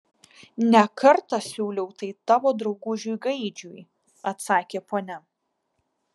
ne kartą siūliau tai tavo draugužiui gaidžiui atsakė ponia